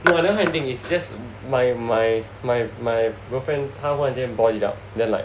no I never hide anything it's just that my my my my girlfriend 她突然间 brought it up